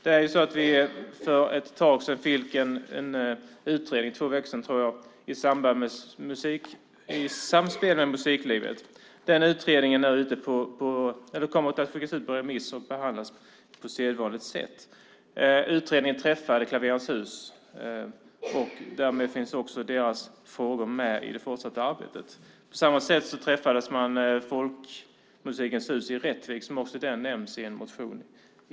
Vi fick för ett tag sedan, två veckor, tror jag, en utredning I samspel med musiklivet . Den utredningen kommer att skickas ut på remiss och behandlas på sedvanligt sätt. Utredningen hade träff med Klaverens Hus, och därmed är det forumet med i det fortsatta arbetet. På samma sätt träffades man i Folkmusikens Hus i Rättvik, som också nämns i en motion.